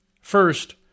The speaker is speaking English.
First